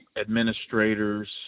administrators